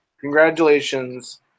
Congratulations